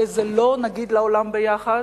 איזה "לא" נגיד לעולם ביחד,